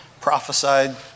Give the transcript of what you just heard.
prophesied